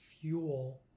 fuel